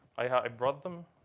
i brought them.